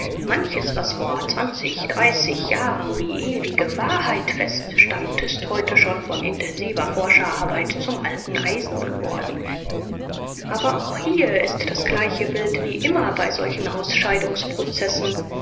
manches was vor jahren wie ewige wahrheit feststand ist heute schon von intensiver forscherarbeit zum alten eisen geworfen aber auch hier das gleiche bild wie immer bei solchen